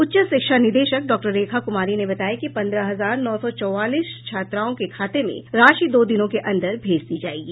उच्च शिक्षा निदेशक डॉक्टर रेखा कुमारी ने बताया कि पन्द्रह हजार नौ सौ चौवालीस छात्राओं के खाते में राशि दो दिनों के अंदर भेज दी जायेगी